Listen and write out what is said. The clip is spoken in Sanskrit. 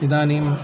इदानीम्